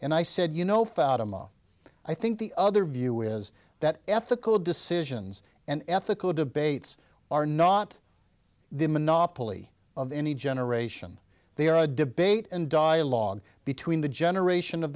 and i said you know fatima i think the other view is that ethical decisions and ethical debates are not the monopoly of any generation they are a debate and dialogue between the generation of